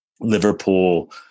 Liverpool